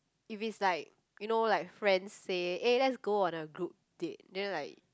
if it's like you know like friends say eh let's go on a group date then like